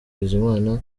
bizimana